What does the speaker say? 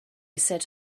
set